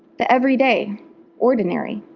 the everyday, ordinary,